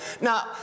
Now